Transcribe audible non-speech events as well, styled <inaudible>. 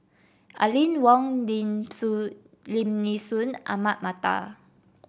Aline Wong Lim <unintelligible> Lim Nee Soon Ahmad Mattar